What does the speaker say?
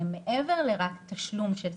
מעבר ל-רק תשלום של שכר,